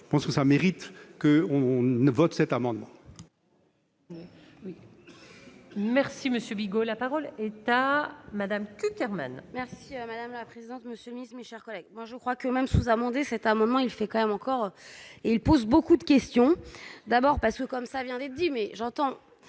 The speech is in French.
je pense que ça mérite que on ne vote cet amendement.